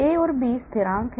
A और B स्थिरांक हैं